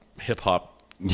hip-hop